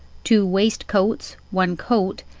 two waistcoats, one coat,